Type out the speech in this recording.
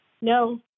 No